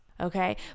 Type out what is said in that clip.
okay